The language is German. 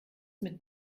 mit